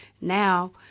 Now